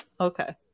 okay